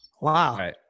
Wow